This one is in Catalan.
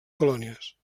colònies